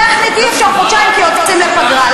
טכנית אי-אפשר חודשיים, כי יוצאים לפגרה.